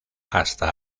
hasta